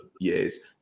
years